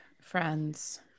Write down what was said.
friends